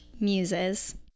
muses